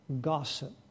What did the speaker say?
gossip